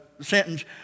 sentence